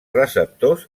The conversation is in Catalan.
receptors